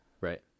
Right